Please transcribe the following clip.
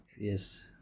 Yes